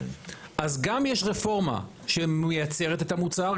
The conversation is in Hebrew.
אז גם יש רפורמה שמייצרת את המוצר,